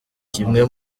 kimwe